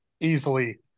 easily